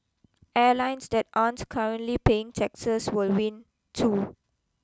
airlines that aren't currently paying taxes will win too